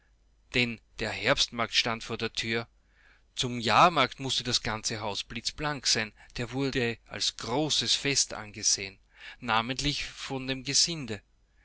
denn der herbstmarkt stand vor der tür zum jahrmarkt mußte das ganze haus blitzblank sein der wurde als großes fest angesehen namentlich von dem gesinde